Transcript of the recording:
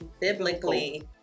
biblically